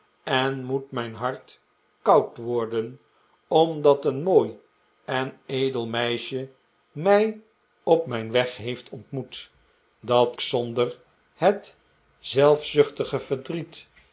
en moet mijn hart koud worden omdat een mooi en edel meisje mij op mijn weg heeft ontmoet dat zonder het zelfzuchtige verdriet